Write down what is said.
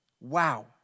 Wow